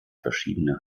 verschiedene